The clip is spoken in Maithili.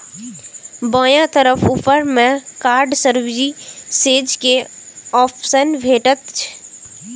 बायां तरफ ऊपर मे कार्ड सर्विसेज के ऑप्शन भेटत